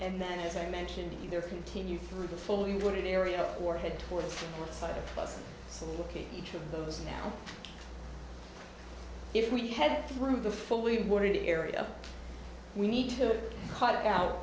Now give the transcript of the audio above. and then as i mentioned either continue through the fully wooded area or head toward the side of us look at each of those now if we head through the fully boring area we need to cut out